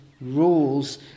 rules